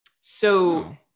So-